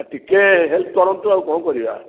ଟିକେ ହେଲ୍ପ କରନ୍ତୁ ଆଉ କଣ କରିବା